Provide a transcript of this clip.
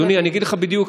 אדוני, אני אגיד לך בדיוק.